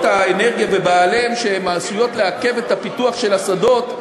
האנרגיה ובעליהן שהן עשויות לעכב את הפיתוח של השדות.